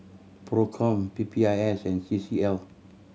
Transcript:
Procom P P I S and C C L